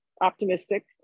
optimistic